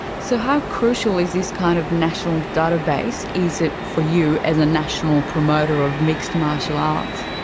so how crucial is this kind of national database, is it for you as a national promoter of mixed martial arts?